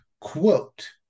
Quote